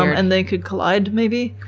and they could collide, maybe.